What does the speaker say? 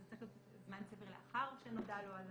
זה צריך להיות זמן סביר לאחר שנודע לו על